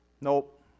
Nope